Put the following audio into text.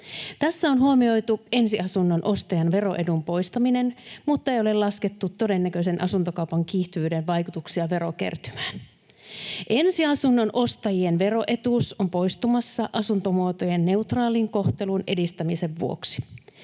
Tässä on huomioitu ensiasunnon ostajan veroedun poistaminen, mutta ei ole laskettu todennäköisen asuntokaupan kiihtyvyyden vaikutuksia verokertymään. Ensiasunnon ostajien veroetuus on poistumassa asuntomuotojen neutraalin kohtelun edistämisen vuoksi.